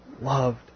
loved